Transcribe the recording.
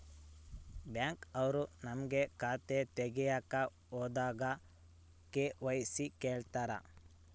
Bank ಅವ್ರು ನಮ್ಗೆ ಖಾತೆ ತಗಿಯಕ್ ಹೋದಾಗ ಕೆ.ವೈ.ಸಿ ಕೇಳ್ತಾರಾ?